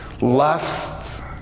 lust